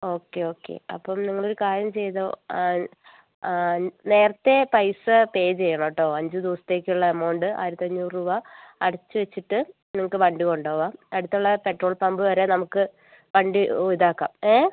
okay okay അപ്പം നിങ്ങളൊരു കാര്യം ചെയ്തോ നേരത്തെ പൈസ പേ ചെയ്യണം കേട്ടോ അഞ്ച് ദിവസത്തേക്കുള്ള എമൗണ്ട് ആയിരത്തിയഞ്ഞൂറ് രൂപ അടച്ചുവെച്ചിട്ട് നിങ്ങൾക്ക് വണ്ടി കൊണ്ടുപോവാം അടുത്തുള്ള പെട്രോൾ പമ്പ് വരെ നമുക്ക് വണ്ടി ഇതാക്കാം ഏ